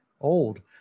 Old